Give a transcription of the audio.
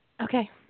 Okay